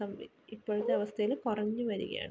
സംവി ഇപ്പോളത്തെ അവസ്ഥയിൽ കുറഞ്ഞു വരികയാണ്